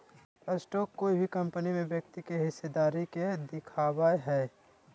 stock कोय भी company में व्यक्ति के हिस्सेदारी के दिखावय हइ